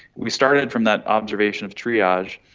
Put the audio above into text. we started from that observation of triage,